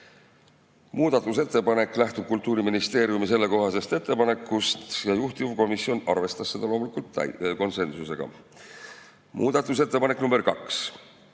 Muudatusettepanek lähtub Kultuuriministeeriumi sellekohasest ettepanekust ja juhtivkomisjon arvestas seda loomulikult konsensusega. Muudatusettepanek nr 2: